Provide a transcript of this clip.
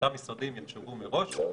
שאותם משרדים יחשבו מראש,